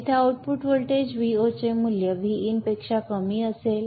येथे output voltage Vo चे मूल्य Vin पेक्षा कमी असेल